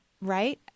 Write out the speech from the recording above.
right